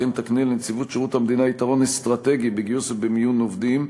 אכן תקנה לנציבות שירות המדינה יתרון אסטרטגי בגיוס ובמיון עובדים,